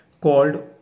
called